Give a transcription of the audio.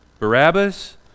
Barabbas